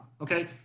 Okay